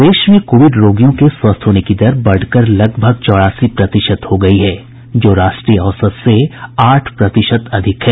प्रदेश में कोविड रोगियों के स्वस्थ होने की दर बढ़कर लगभग चौरासी प्रतिशत हो गयी है जो राष्ट्रीय औसत से आठ प्रतिशत अधिक है